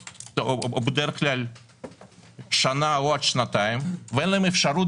בדרך כלל קיימות שנה או שנתיים ואין להן אפשרות